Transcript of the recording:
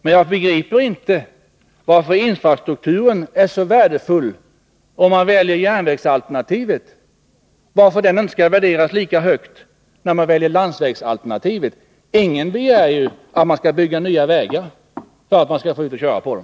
Men jag begriper inte varför infrastrukturen är så värdefull, om man väljer järnvägsalternativet. Varför skall den inte värderas lika högt, om man väljer landsvägsalternativet? Ingen begär ju att man skall bygga nya vägar för att vi skall få komma ut och köra på dem.